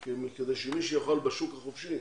כי מי שיכול בשוק החופשי